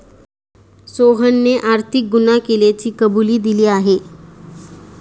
सोहनने आर्थिक गुन्हा केल्याची कबुली दिली आहे